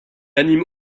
anime